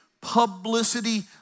publicity